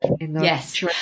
Yes